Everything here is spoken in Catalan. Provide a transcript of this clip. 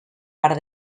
part